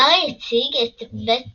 הארי הציג את בית